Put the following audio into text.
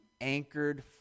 anchored